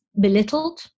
belittled